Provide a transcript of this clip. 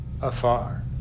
afar